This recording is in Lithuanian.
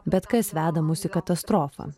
bet kas veda mus į katastrofą